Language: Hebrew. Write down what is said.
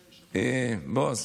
בועז,